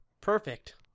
perfect